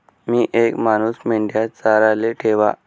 मी येक मानूस मेंढया चाराले ठेवा